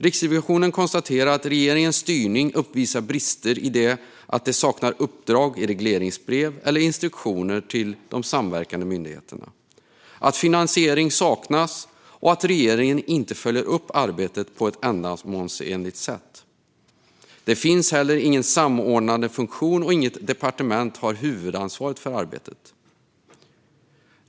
Riksrevisionen konstaterar att regeringens styrning uppvisar brister i det att det saknas uppdrag i regleringsbrev eller instruktioner till de samverkande myndigheterna, att finansiering saknas och att regeringen inte följer upp arbetet på ett ändamålsenligt sätt. Det finns heller ingen samordnande funktion, och inget departement har huvudansvar för arbetet.